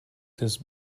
this